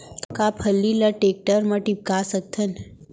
का फल्ली ल टेकटर म टिपका सकथन?